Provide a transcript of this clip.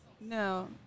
No